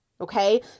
okay